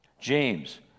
James